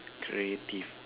creative